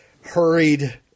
hurried